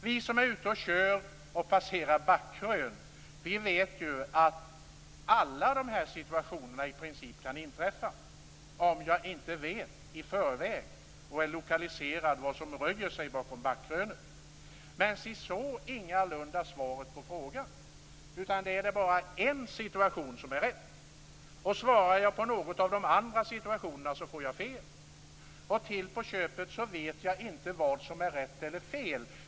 Vi som är ute och kör och passerar ett backkrön vet ju att i princip alla dessa situationer kan inträffa, om man inte vet i förväg vad som döljer sig bakom backkrönet. Men så är ingalunda svaret på frågan. Här är det bara en situation som är rätt svar. Svarar man ja när det gäller någon av de andra situationerna får jag man fel. Till på köpet vet man inte vad som är rätt eller fel.